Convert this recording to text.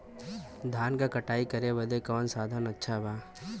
धान क कटाई करे बदे कवन साधन अच्छा बा?